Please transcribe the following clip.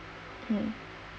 um